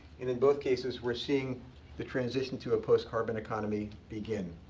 in in both cases, we're seeing the transition to a post-carbon economy begin.